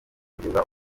kugeza